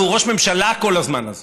הוא ראש ממשלה כל הזמן הזה